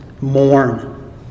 mourn